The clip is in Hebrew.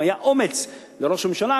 אם היה אומץ לראש הממשלה,